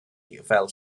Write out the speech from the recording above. fel